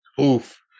oof